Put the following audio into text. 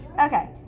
Okay